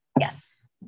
Yes